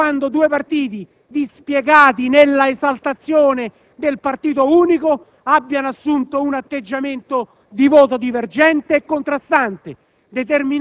allorquando due partiti, dispiegati nella esaltazione del partito unico, hanno assunto un atteggiamento di voto divergente e contrastante,